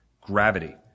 gravity